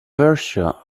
preferred